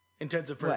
Intensive